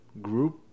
group